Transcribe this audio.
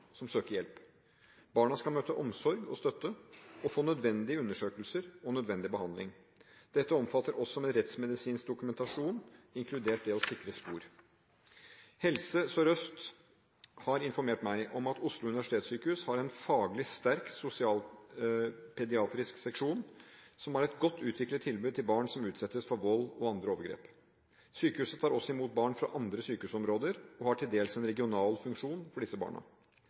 skal møte omsorg og støtte og få nødvendige undersøkelser og nødvendig behandling. Dette omfatter også rettsmedisinsk dokumentasjon, inkludert det å sikre spor. Helse Sør-Øst har informert meg om at Oslo universitetssykehus har en faglig sterk sosialpediatrisk seksjon, som har et godt utviklet tilbud til barn som utsettes for vold og andre overgrep. Sykehuset tar også imot barn fra andre sykehusområder, og har til dels en regional funksjon for disse barna.